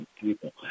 people